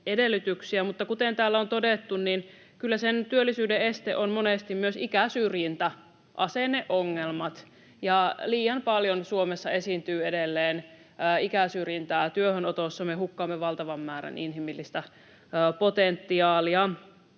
mutta kuten täällä on todettu, niin kyllä työllisyyden este on monesti myös ikäsyrjintä, asenneongelmat, ja liian paljon Suomessa esiintyy edelleen ikäsyrjintää työhönotossa. Me hukkaamme valtavan määrän inhimillistä potentiaalia.